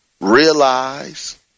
Realize